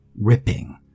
ripping